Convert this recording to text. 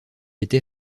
était